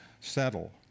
Settle